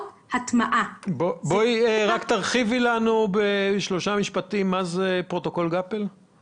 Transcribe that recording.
אדוני היושב-ראש ויתרו על שליטה ריכוזית שלהן.